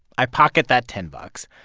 i pocket that ten bucks.